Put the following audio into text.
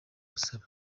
busabe